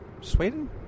Sweden